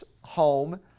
home